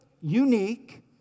unique